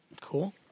Cool